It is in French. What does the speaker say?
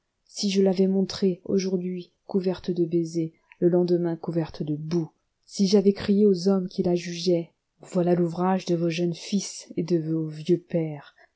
si je l'avais montrée aujourd'hui couverte de baisers le lendemain couverte de boue si j'avais crié aux hommes qui la jugeaient voilà l'ouvrage de vos jeunes fils et de vos vieux pères